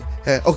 Okay